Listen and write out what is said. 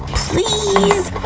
please!